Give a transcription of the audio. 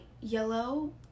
yellow